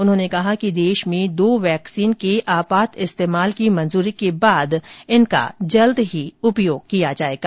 उन्होंने कहा कि देश में दो वैक्सीन के आपात इस्तेमाल की मंजूरी के बाद इनका जल्द ही उपयोग किया जाएगा